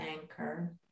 anchor